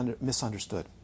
misunderstood